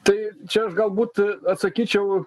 tai čia aš galbūt atsakyčiau